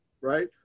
right